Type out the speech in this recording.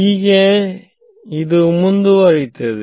ಹೀಗೆ ಇದು ಮುಂದುವರೆಯುತ್ತದೆ